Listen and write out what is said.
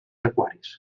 aquaris